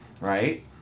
right